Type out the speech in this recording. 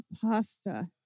pasta